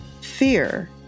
fear